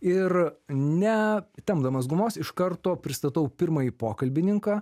ir ne tempdamas gumos iš karto pristatau pirmąjį pokalbininką